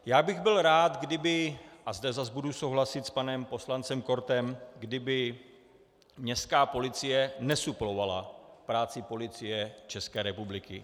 Byl bych rád, kdyby a zde zas budu souhlasit s panem poslancem Kortem kdyby městská policie nesuplovala práci Policie České republiky.